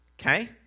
Okay